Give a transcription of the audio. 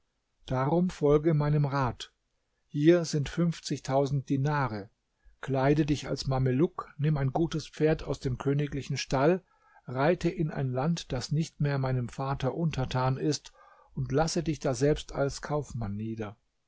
darum folge meinem rat hier sind fünfzigtausend dinare kleide dich als mameluck nimm ein gutes pferd aus dem königlichen stall reite in ein land das nicht mehr meinem vater untertan ist und lasse dich daselbst als kaufmann nieder